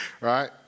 right